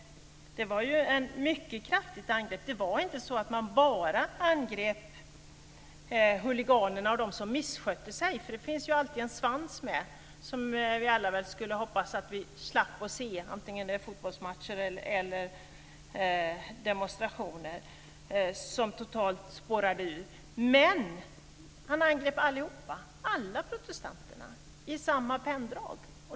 Det var ju ett mycket kraftigt angrepp som gjordes i artikeln. Man angrep inte bara huliganerna och dem som misskötte sig. Det finns ju alltid en svans med - som vi alla hoppas att vi ska slippa se, antingen det är på fotbollsmatcher eller demonstrationer - som totalt spårar ur. Man angrep alla som protesterade i samma penndrag.